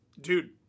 Dude